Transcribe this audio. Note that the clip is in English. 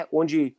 onde